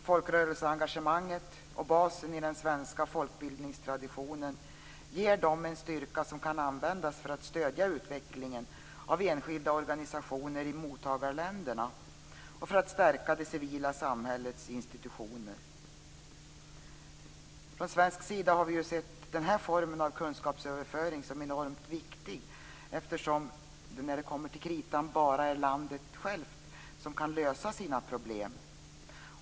Folkrörelseengagemanget och basen i den svenska folkbildningstraditionen ger dem en styrka som kan användas för att stödja utvecklingen av enskilda organisationer i mottagarländerna och för att stärka det civila samhällets institutioner. Från svensk sida har vi sett den formen av kunskapsöverföring som enormt viktig. När det kommer till kritan är det bara landet självt som kan lösa sina problem.